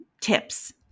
tips